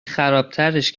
خرابترش